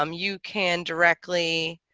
um you can directly